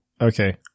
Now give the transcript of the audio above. okay